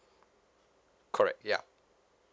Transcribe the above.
correct yup